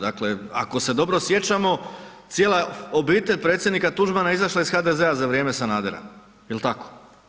Dakle, ako se dobro sjećamo, cijela obitelj Predsjednika Tuđmana je izašla iz HDZ-a za vrijeme Sanadera, jel tako?